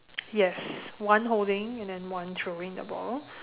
yes one holding and then one throwing the ball